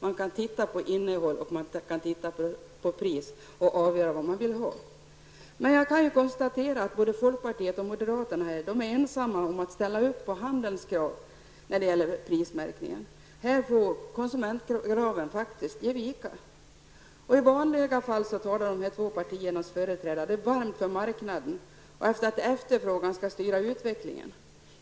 Genom märkningen får man reda på både innehåll och pris. Jag konstaterar att folkpartiet och moderaterna är ensamma om att ställa upp på handelns krav när det gäller prismärkningen. Här får konsumentkraven faktiskt ge vika. I vanliga fall talar dessa två partiers företrädare varmt för marknaden och för att efterfrågan skall styra utvecklingen.